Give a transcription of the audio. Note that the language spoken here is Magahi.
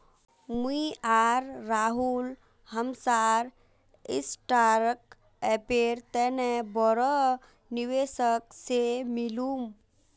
मुई आर राहुल हमसार स्टार्टअपेर तने बोरो निवेशक से मिलुम